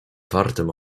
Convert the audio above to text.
wartym